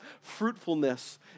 fruitfulness